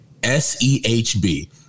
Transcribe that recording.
SEHB